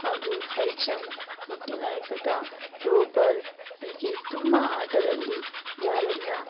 ಹಾಗೂ high jump ಇಟ್ಟಿನ ಎಸೆತ ತ್ರೋಬಾಲ್ ಹೀಗೇ ತುಂಬ ಆಟದಲ್ಲಿ ಯಾರೆಲ್ಲ